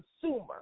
consumer